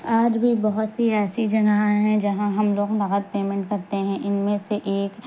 آج بھی بہت سی ایسی جگہیں ہیں جہاں ہم لوگ نقد پیمنٹ کرتے ہیں ان میں سے ایک